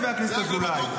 חבר הכנסת אזולאי.